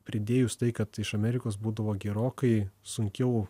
pridėjus tai kad iš amerikos būdavo gerokai sunkiau